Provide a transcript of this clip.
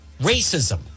racism